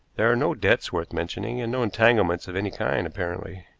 there are no debts worth mentioning, and no entanglements of any kind apparently.